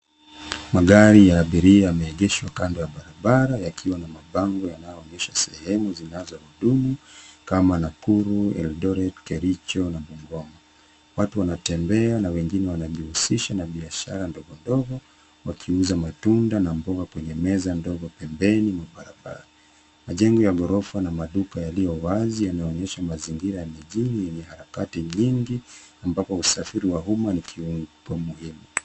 Magari ya abiria yameegeshwa kando ya barabara yakiwa na mabango yanayoonyesha sehemu zinazohudumu kama Nakuru, Eldoret, Kericho na Ngong'. Watu wanatembea na wengine wanajihusisha na biashara ndogo ndogo wakiuza matunda na mboga kwenye meza ndogo pembeni mwa barabara. Majengo ya ghorofa na maduka yaliyowazi yanaonyesha mazingira ya mijini yenye harakati nyingi ambapo usafiri wa umma kiungo muhimu.